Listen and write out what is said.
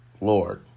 Lord